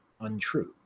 untrue